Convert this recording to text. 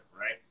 right